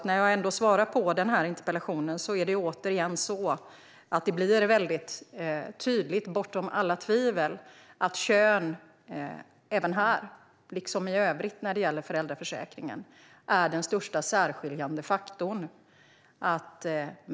När jag svarar på den här interpellationen blir det väldigt tydligt, bortom alla tvivel, att kön även här liksom i övrigt när det gäller föräldraförsäkringen är den största särskiljande faktorn.